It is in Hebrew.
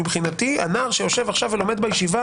זו גם הסיבה שלא עשו בזה הרבה שימוש,